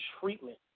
treatment